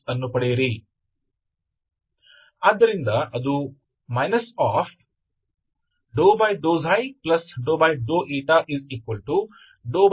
ಹಾಗಾಗಿ ಈ uxx ∂x∂u∂x ಅನ್ನು ಪಡೆಯಿರಿ